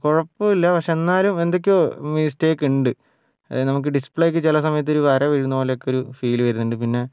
കുഴപ്പമില്ല പക്ഷേ എന്നാലും എന്തൊക്കെയോ മിസ്റ്റേക്കുണ്ട് നമുക്ക് ഡിസ്പ്ലേയ്ക്ക് ചില സമയത്ത് ഒരു വര വീഴുന്ന പോലെയൊക്കെ ഒരു ഫീൽ വരുന്നുണ്ട് പിന്നെ